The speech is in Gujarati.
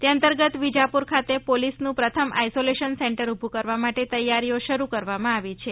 તે અતંર્ગત વિજાપુર ખાતે પોલીસનું પ્રથમ આઇસોલેશન સેન્ટર ઉભું કરવા માટે તૈયારીઓ શરૂ કરવામા આવી છે